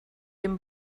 dem